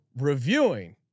reviewing